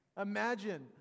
Imagine